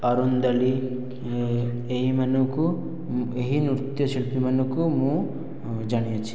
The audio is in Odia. ଅରୁନ୍ଦଲି ଏହି ମାନଙ୍କୁ ଏହି ନୃତ୍ୟଶିଳ୍ପୀ ମାନଙ୍କୁ ମୁଁ ଜାଣିଅଛି